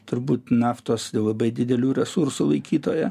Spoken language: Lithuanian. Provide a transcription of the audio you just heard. turbūt naftos labai didelių resursų laikytoja